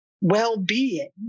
well-being